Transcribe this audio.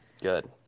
good